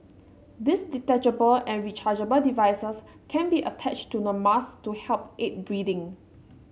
these detachable and rechargeable devices can be attached to the mask to help aid breathing